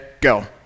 Go